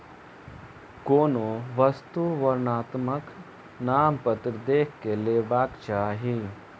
कोनो वस्तु वर्णनात्मक नामपत्र देख के लेबाक चाही